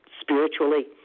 spiritually